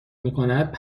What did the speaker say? میکند